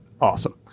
Awesome